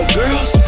girls